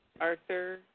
Arthur